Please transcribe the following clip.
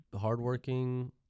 hardworking